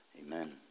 Amen